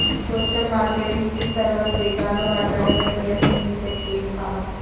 social marketing ही सर्वात वेगान वाढणाऱ्या करीअर संधींपैकी एक हा